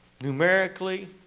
numerically